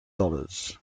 dollars